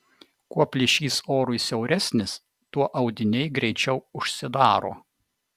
kuo plyšys orui siauresnis tuo audiniai greičiau užsidaro